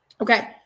Okay